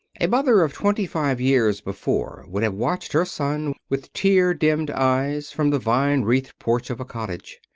a mother of twenty-five years before would have watched her son with tear-dimmed eyes from the vine-wreathed porch of a cottage.